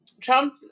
Trump